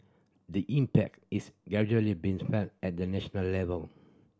the impact is gradually being felt at the national level